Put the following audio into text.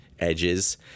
edges